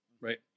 right